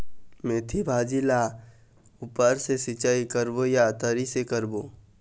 मेंथी भाजी ला ऊपर से सिचाई करबो या तरी से करबो?